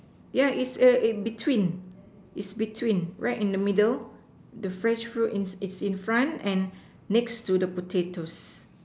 yeah is between is between right in the middle the fresh fruit is in front and next to the potatoes